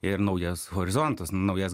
ir naujas horizontus naujas